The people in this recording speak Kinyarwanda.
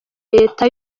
leta